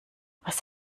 was